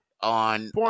On